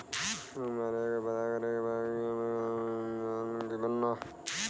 हमके पता करे के बा कि हमरे खाता में पैसा ऑइल बा कि ना?